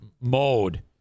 mode